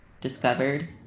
discovered